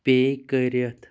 پے کٔرِتھ